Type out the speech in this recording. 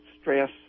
stress